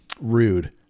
rude